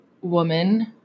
woman